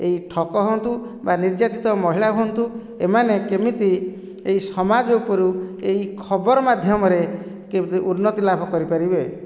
କେହି ଠକ ହୁଅନ୍ତୁ ବା ନିର୍ଯାତିତ ମହିଳା ହୁଅନ୍ତୁ ଏମାନେ କେମିତି ଏହି ସମାଜ ଉପରୁ ଏହି ଖବର ମାଧ୍ୟମରେ କେମିତି ଉନ୍ନତି ଲାଭ କରିପାରିବେ